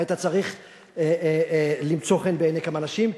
היית צריך למצוא חן בעיני כמה אנשים,